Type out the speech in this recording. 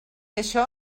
això